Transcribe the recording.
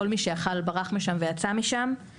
כל מי שיכל ברח משם ויצא משם.